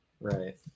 Right